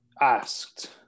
asked